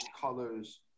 colors